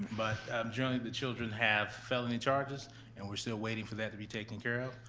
but the children have felony charges and we're still waiting for that to be taken care of.